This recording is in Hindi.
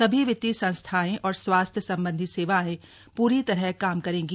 सभी वित्तीय संस्थाएं और स्वास्थ्य संबंधी सेवाएं पूरी तरह काम करेंगी